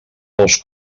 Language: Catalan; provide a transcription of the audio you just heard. dels